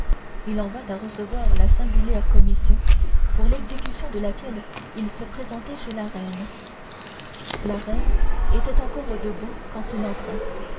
il en vint à recevoir la singulière commission pour l'exécution de laquelle il se présentait chez la reine la reine était encore debout quand il entra